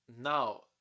Now